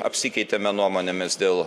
apsikeitėme nuomonėmis dėl